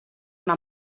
una